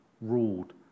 ruled